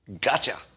Gotcha